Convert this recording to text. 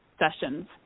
sessions